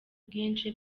bwinshi